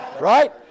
Right